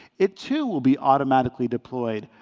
it, too, will be automatically deployed,